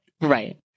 Right